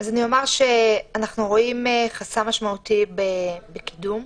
אנחנו רואים חסם משמעותי בקידום.